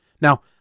Now